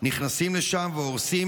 נכנסים לשם והורסים,